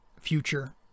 future